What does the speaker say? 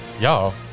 Y'all